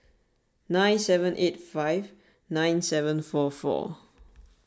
nine seven eight five nine seven four four